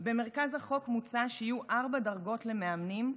במרכז החוק מוצע שיהיו ארבע דרגות של מאמנים,